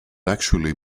actually